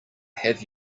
have